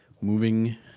moving